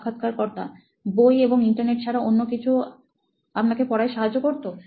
সাক্ষাৎকারকর্তাবই এবং ইন্টারনেট ছাড়া অন্য কিছু আপনাকে পড়ায় সাহায্য করতো